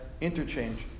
interchange